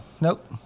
Nope